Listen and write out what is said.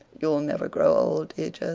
you'll never grow old, teacher,